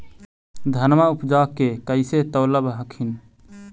धनमा उपजाके कैसे तौलब हखिन?